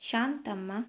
Shanthamma